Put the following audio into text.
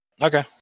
Okay